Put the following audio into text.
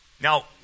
Now